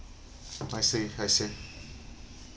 I see I see